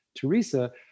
Teresa